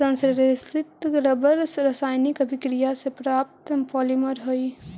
संश्लेषित रबर रासायनिक अभिक्रिया से प्राप्त पॉलिमर हइ